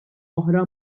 oħra